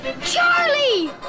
Charlie